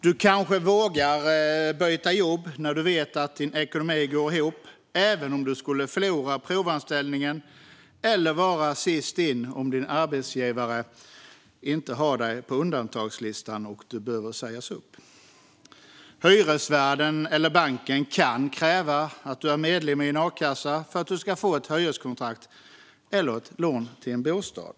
Man kanske vågar byta jobb när man vet att ens ekonomi går ihop även om man skulle förlora provanställningen eller om man är sist in och inte finns med på arbetsgivarens undantagslista vid uppsägningar. Hyresvärden eller banken kan kräva att man är medlem i en a-kassa för att man ska få ett hyreskontrakt eller ett lån till en bostad.